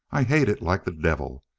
i hate it like the devil.